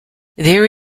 there